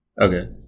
Okay